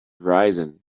risen